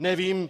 Nevím.